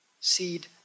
Seed